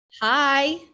hi